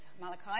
Malachi